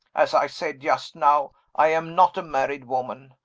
as i said just now i am not a married woman.